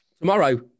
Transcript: Tomorrow